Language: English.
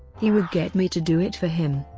he would get me to do it for him.